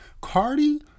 Cardi